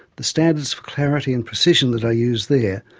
the standards for clarity and precision that i use there,